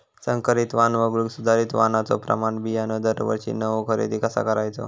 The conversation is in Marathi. संकरित वाण वगळुक सुधारित वाणाचो प्रमाण बियाणे दरवर्षीक नवो खरेदी कसा करायचो?